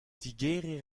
digeriñ